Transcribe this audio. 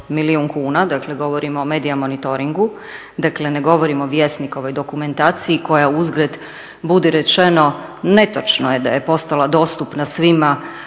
milijun kuna, dakle govorimo o medija monitoringu, dakle ne govorimo o Vjesnikovoj dokumentaciji koja uzgled budi rečeno, netočno je da je postala dostupna svima